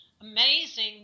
amazing